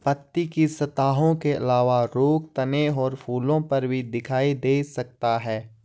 पत्ती की सतहों के अलावा रोग तने और फूलों पर भी दिखाई दे सकता है